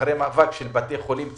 אחרי המאבק של בתי החולים הציבוריים,